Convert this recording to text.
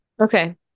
Okay